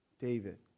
David